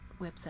website